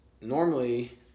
normally